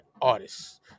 artists